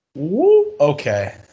okay